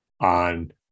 on